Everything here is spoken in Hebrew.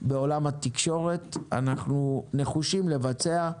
בעולם התקשורת אנחנו נחושים לבצע.